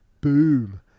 Boom